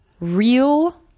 real